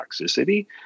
toxicity